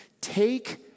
Take